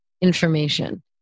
information